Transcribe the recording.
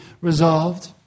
resolved